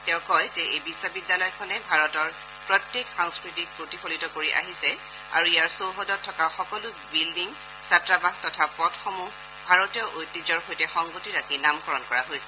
তেওঁ কয় যে এই বিশ্ববিদ্যালয়খনে ভাৰতৰ প্ৰত্যেক সংস্কৃতিক প্ৰতিফলিত কৰি আহিছে আৰু ইয়াৰ চৌহদত থকা সকলো বিল্ডিং ছাত্ৰাবাস তথা পথসমূহ ভাৰতীয় ঐতিহ্যৰ সৈতে সংগতি ৰাখি নামকৰণ কৰা হৈছে